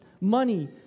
money